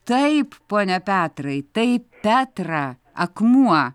taip pone petrai tai petra akmuo